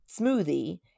smoothie